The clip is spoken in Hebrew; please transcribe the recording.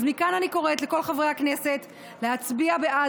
אז מכאן אני קוראת לכל חברי הכנסת להצביע בעד